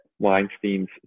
Weinstein's